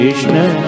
Krishna